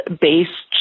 based